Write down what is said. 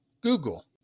Google